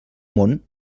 món